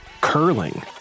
curling